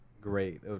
Great